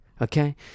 okay